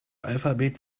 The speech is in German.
alphabet